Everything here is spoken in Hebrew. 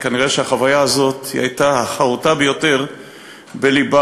וכנראה החוויה הזאת הייתה החרותה ביותר בלבם,